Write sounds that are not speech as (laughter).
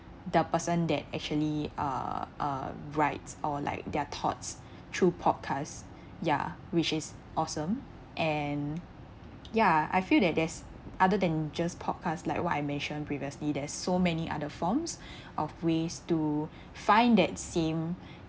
the person that actually uh uh writes all like their thoughts through podcast ya which is awesome and ya I feel that there's other than just podcast like why I mentioned previously there's so many other forms of ways to (breath) find that same